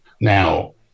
Now